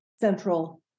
central